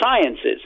sciences